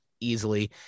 easily